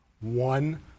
One